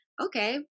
Okay